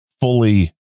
fully